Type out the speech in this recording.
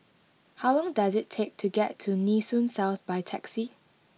how long does it take to get to Nee Soon South by taxi